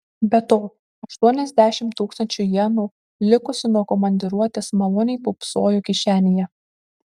be to aštuoniasdešimt tūkstančių jenų likusių nuo komandiruotės maloniai pūpsojo kišenėje